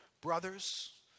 brothers